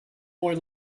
boy